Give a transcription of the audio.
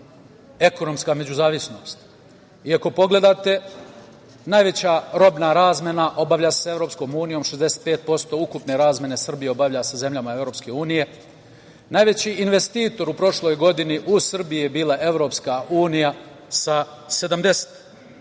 ekonomska međuzavisnost. Ako pogledate, najveća robna razmena obavlja se EU, 65% ukune razmene Srbija obavlja sa zemljama EU. Najveći investitor u prošloj godini u Srbiji je bila EU sa 70%